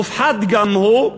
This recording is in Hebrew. הופחת גם הוא,